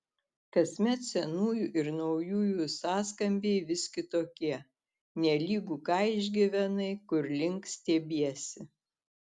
kasmet senųjų ir naujųjų sąskambiai vis kitokie nelygu ką išgyvenai kur link stiebiesi